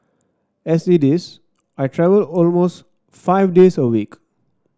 as it is I travel almost five days a week